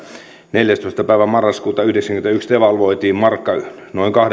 neljästoista päivä marraskuuta yhdeksäänkymmeneenyhteen devalvoitiin markka noin